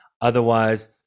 Otherwise